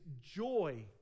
joy